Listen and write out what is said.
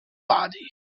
body